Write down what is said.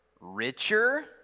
richer